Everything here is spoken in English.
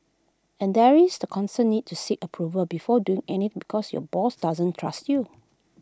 and there is the constant need to seek approval before doing anything because your boss doesn't trust you